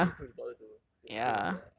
you can't be bothered to to think of the